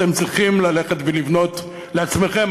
אתם צריכים ללכת ולבנות לעצמכם.